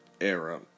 era